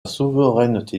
souveraineté